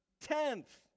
tenth